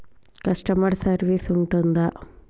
Customer service ఉంటుందా?